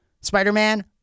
Spider-Man